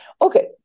okay